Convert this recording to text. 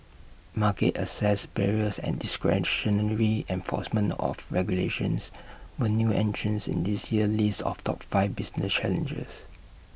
market access barriers and discretionary enforcement of regulations were new entrants in this year's list of top five business challenges